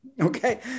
Okay